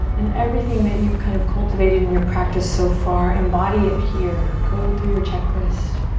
and everything that you've kind of cultivated in your practice so far, embody it here. go through your checklist.